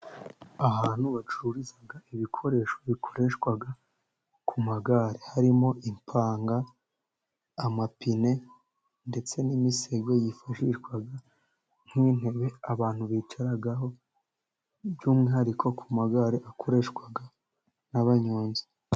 Ahantu bacururiza ibikoresho bikoreshwa ku magare, harimo ipanga, amapine ndetse n'imisego, yifashishwa nk'intebe abantu bicaraho, by'umwihariko ku magare akoreshwa n'abanyonzi.